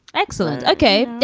excellent. okay.